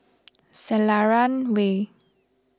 Selarang Way